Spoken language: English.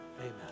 amen